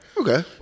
okay